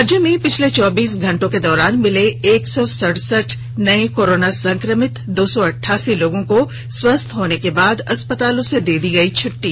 राज्य में पिछले चौबीस घंटे के दौरान मिले एक सौ सड़सठ नए कोरोना संक्रमित दो सौ अट्ठासी लोगों को स्वस्थ होने के बाद अस्पतालों से दी गई छ्ट्टी